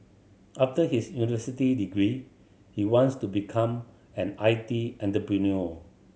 after his university degree he wants to become an I T entrepreneur